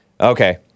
Okay